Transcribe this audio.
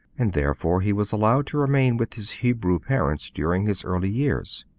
and therefore he was allowed to remain with his hebrew parents during his early years.